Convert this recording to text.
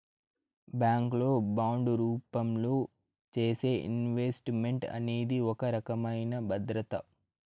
bank లో bond రూపంలో చేసే ఇన్వెస్ట్ మెంట్ అనేది ఒక రకమైన భద్రత